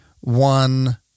one